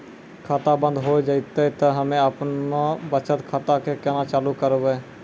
खाता बंद हो जैतै तऽ हम्मे आपनौ बचत खाता कऽ केना चालू करवै?